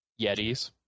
Yetis